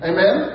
Amen